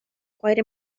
quite